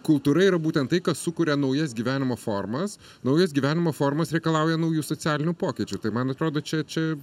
kultūra yra būtent tai kas sukuria naujas gyvenimo formas naujos gyvenimo formos reikalauja naujų socialinių pokyčių tai man atrodo čia čia